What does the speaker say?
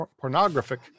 pornographic